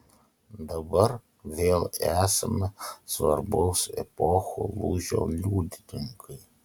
dabar vėl esame svarbaus epochų lūžio liudininkai